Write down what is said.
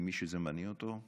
ממי שזה מעניין אותו,